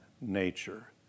nature